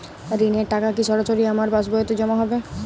ঋণের টাকা কি সরাসরি আমার পাসবইতে জমা হবে?